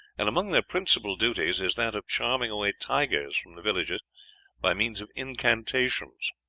and among their principal duties is that of charming away tigers from the villages by means of incantations.